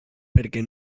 perquè